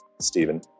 Stephen